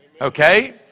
Okay